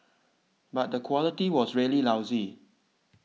but the quality was really lousy